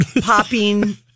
Popping